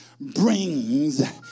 brings